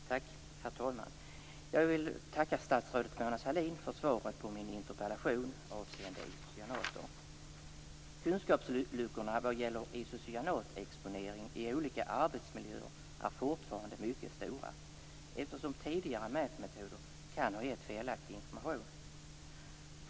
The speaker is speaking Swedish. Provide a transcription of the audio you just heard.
Herr talman! Jag vill tacka statsrådet Mona Sahlin för svaret på min interpellation avseende isocyanater. Kunskapsluckorna vad gäller isocyanatexponering i olika arbetsmiljöer är fortfarande mycket stora, eftersom tidigare mätmetoder kan ha gett felaktig information.